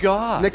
God